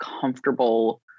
comfortable